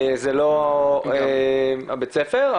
זה לא בית הספר,